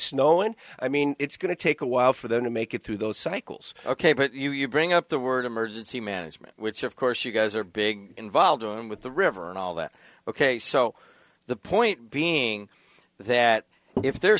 snowing i mean it's going to take a while for them to make it through those cycles ok but you bring up the word emergency management which of course you guys are big involved with the river and all that ok so the point being that if the